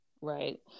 Right